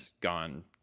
gone